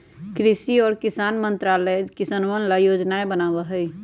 कृषि और किसान कल्याण मंत्रालय किसनवन ला योजनाएं बनावा हई